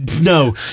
no